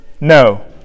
No